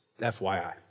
FYI